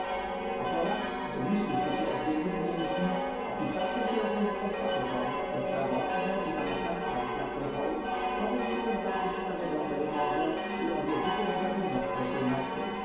a teraz doniosłszy ci o zbiegłym więźniu opisawszy ci rodzeństwo stapleton doktora mortimer i pana frankland z lafter hall powiem ci coś bardzo ciekawego o barrymorze i o niezwykłych zdarzeniach zeszłej nocy